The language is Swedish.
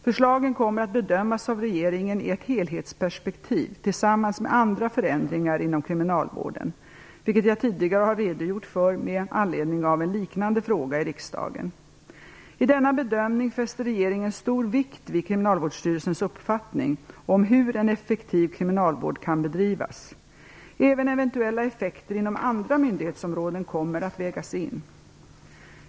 Förslagen kommer att bedömas av regeringen i ett helhetsperspektiv tillsammans med andra förändringar inom kriminalvården, vilket jag tidigare redogjort för med anledning av en liknande fråga i riksdagen. I denna bedömning fäster regeringen stor vikt vid Kriminalvårdsstyrelsens uppfattning om hur en effektiv kriminalvård kan bedrivas. Även eventuella effekter inom andra myndighetsområden kommer att vägas in.